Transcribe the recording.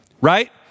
Right